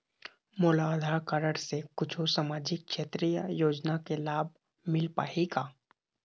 मोला आधार कारड से कुछू सामाजिक क्षेत्रीय योजना के लाभ मिल पाही का?